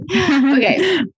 Okay